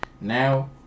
now